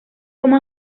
como